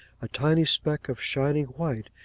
a tiny speck of shining white,